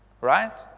Right